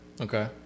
Okay